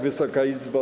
Wysoka Izbo!